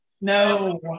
No